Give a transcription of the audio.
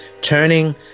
Turning